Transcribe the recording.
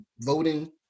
voting